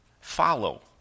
follow